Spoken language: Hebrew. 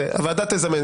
הוועדה תזמן,